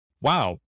Wow